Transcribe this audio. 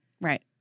Right